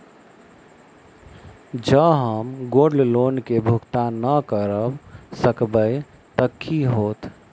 जँ हम gold loan केँ भुगतान न करऽ सकबै तऽ की होत?